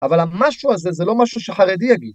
אבל המשהו הזה זה לא משהו שחרדי יגיד.